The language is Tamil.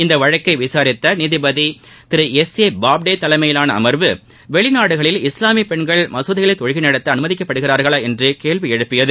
இந்த வழக்கை விசாரித்த நீதிபதி திரு எஸ் ஏ பாப்டே தலைமையிலான அமர்வு வெளிநாடுகளில் இஸ்லாமிய பெண்கள் மசூதிகளில் தொழுகை நடத்த அனுமதிக்கப்படுகிறார்களா என்று கேள்வி எழுப்பியது